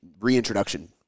reintroduction